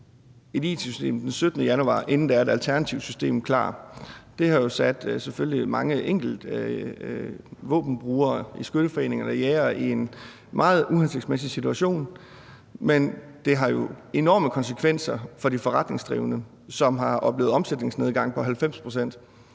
et it-system den 17. januar, inden der er et alternativt system klar. Det har selvfølgelig sat mange våbenbrugere i skytteforeninger og blandt jægerne i en meget uhensigtsmæssig situation, men det har jo enorme konsekvenser for de forretningsdrivende, som har oplevet en omsætningsnedgang på 70 pct.